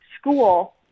school